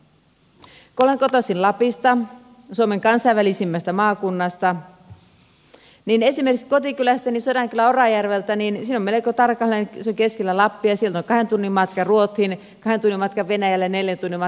kun olen kotoisin lapista suomen kansainvälisimmästä maakunnasta niin esimerkiksi kotikylästäni sodankylän orajärveltä se on keskellä lappia on melko tarkalleen kahden tunnin matka ruotsiin kahden tunnin matka venäjälle neljän tunnin matka norjaan